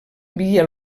via